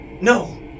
No